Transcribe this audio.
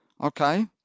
Okay